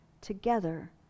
together